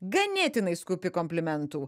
ganėtinai skūpi komplimentų